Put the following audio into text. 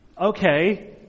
Okay